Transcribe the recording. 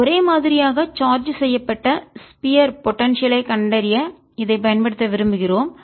VrRσ0r≤R ஒரே மாதிரியாக சார்ஜ் செய்யப்பட்ட ஸ்பியர் கோளத்திற்கான போடன்சியல் ஐ கண்டறிய இதைப் பயன்படுத்த விரும்புகிறோம்